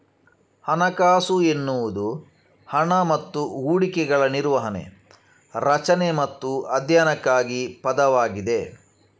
ಹಣಕಾಸು ಎನ್ನುವುದು ಹಣ ಮತ್ತು ಹೂಡಿಕೆಗಳ ನಿರ್ವಹಣೆ, ರಚನೆ ಮತ್ತು ಅಧ್ಯಯನಕ್ಕಾಗಿ ಪದವಾಗಿದೆ